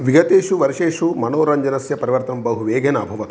विगतेषु वर्षेषु मणोरञ्जनस्य प्रवर्तनं बहु वेगेन अभवत्